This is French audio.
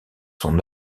son